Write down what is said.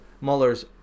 Mueller's